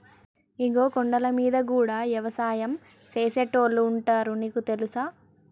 ఇగో కొండలమీద గూడా యవసాయం సేసేటోళ్లు ఉంటారు నీకు తెలుసా